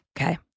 Okay